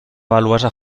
valuosa